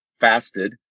fasted